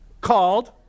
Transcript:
called